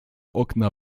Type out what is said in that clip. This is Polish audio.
okna